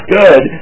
good